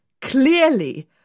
clearly